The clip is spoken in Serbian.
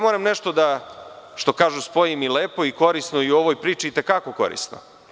Moram da spojim i lepo i korisno i u ovoj priči itekako korisno.